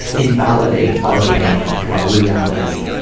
invalidate our pain and our reality